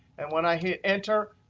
and when i hit enter,